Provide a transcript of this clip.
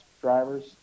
drivers